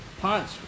Punch